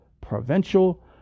provincial